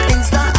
Insta